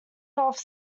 health